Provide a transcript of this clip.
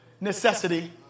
necessity